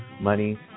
money